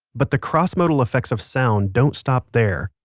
but the crossmodal effects of sound don't stop there.